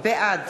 בעד